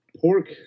pork